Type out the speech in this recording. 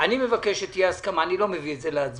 אני מבקש שתהיה הסכמה אני לא מביא את זה להצבעה.